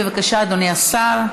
בבקשה, אדוני השר.